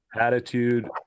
attitude